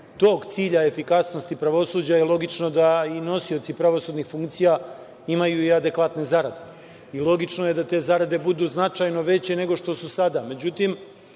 tog cilja efikasnosti pravosuđa logično je da i nosioci pravosudnih funkcija imaju adekvatne zarade i logično je da te zarade budu značajno veće nego što su sada.